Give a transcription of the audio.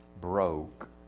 broke